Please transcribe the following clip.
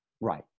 right